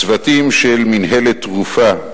צוותים של מינהלת "תנופה",